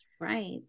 right